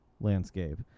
landscape